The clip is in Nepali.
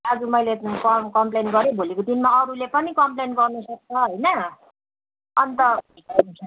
आज मैले कम कम्प्लेन गरेँ भोलिको दिनमा अरूले पनि कम्प्लेन गर्नुसक्छ होइन अन्त